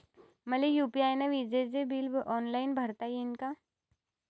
मले यू.पी.आय न विजेचे बिल ऑनलाईन भरता येईन का?